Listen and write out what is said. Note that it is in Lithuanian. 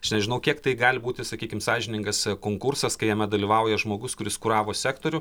aš nežinau kiek tai gali būti sakykim sąžiningas konkursas kai jame dalyvauja žmogus kuris kuravo sektorių